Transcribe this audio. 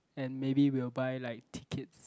and maybe we will buy like tickets